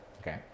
Okay